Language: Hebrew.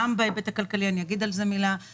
עבודה, ואז אתה נותן לזה משמעות תקציבית.